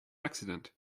accident